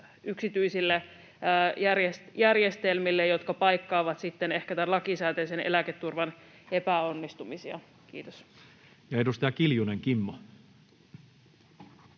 yksityisille järjestelmille, jotka paikkaavat sitten ehkä tämän lakisääteisen eläketurvan epäonnistumisia. — Kiitos. Ja edustaja Kiljunen, Kimmo.